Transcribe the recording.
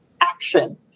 action